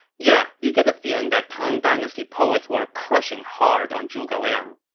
yeah, you get the feeling that tang dynasty poets were crushing hard on zhuge liang